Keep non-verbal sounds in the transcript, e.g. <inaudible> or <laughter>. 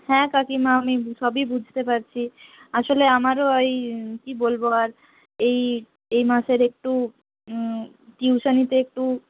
হ্যাঁ কাকিমা আমি <unintelligible> সবই বুঝতে পারছি আসলে আমারও ওই কী বলব আর এই এই মাসের একটু টিউশনিতে একটু